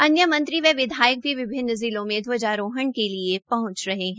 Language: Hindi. अन्य मंत्री व विधायक भी विभिन्न जिलों में ध्वारोहण के लिए पहंच रहे है